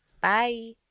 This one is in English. Bye